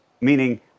Meaning